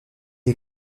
est